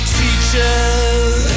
teachers